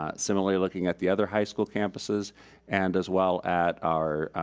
ah similarly looking at the other high school campuses and as well at our